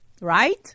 Right